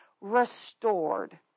restored